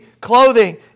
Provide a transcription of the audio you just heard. clothing